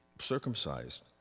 circumcised